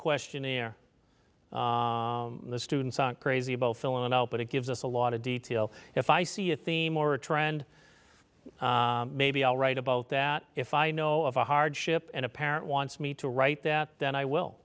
questionnaire the students aren't crazy about filling it out but it gives us a lot of details if i see a theme or a trend maybe i'll write about that if i know of a hardship and a parent wants me to write that then i